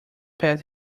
pat